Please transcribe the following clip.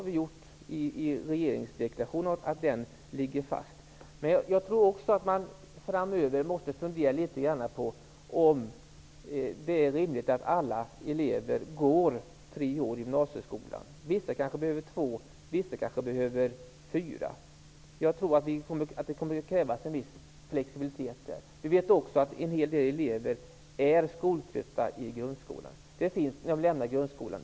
Vi har sagt i regeringsdeklarationen att den ligger fast. Men jag tror också att man framöver måste fundera litet på om det är rimligt att alla elever går tre år i gymnasieskolan. Vissa kanske behöver två år, medan andra behöver fyra år. Jag tror att det kommer att krävas en viss flexibilitet. Vi vet att en hel del elever är skoltrötta när de lämnar grundskolan.